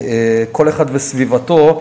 כל אחד וסביבתו.